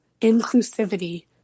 inclusivity